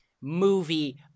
movie